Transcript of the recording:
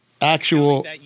actual